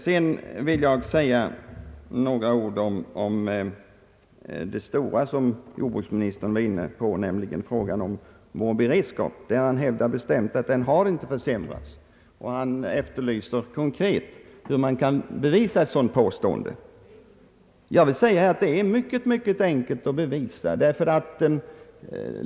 Sedan vill jag säga några ord om den stora fråga som jordbruksministern var inne på, nämligen vår beredskap, där han bestämt hävdar att beredskapen inte försämrats. Jordbruksministern efterlyste hur man konkret kunde bevisa motsatsen. Det är mycket enkelt att bevisa.